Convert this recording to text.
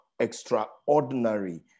extraordinary